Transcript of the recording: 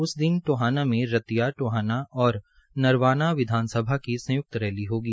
उस दिन टोहाना में रतिया टोहाना और नरवाना विधानसभा की संय्क्त रैली होगी